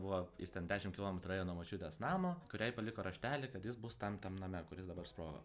buvo jis ten dešim kilometrų ėjo nuo močiutės namo kuriai paliko raštelį kad jis bus tam tam name kuris dabar sprogo